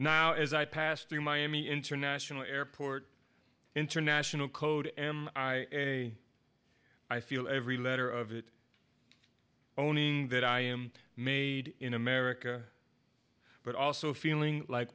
now as i pass through miami international airport international code am i a i feel every letter of it owning that i am made in america but also feeling like